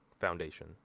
foundation